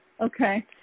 Okay